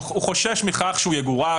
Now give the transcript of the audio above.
הוא חושש מכך שהוא יגורש,